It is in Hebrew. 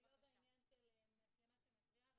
אני לא בעניין של מצלמה שמתריעה,